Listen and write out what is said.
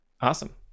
Awesome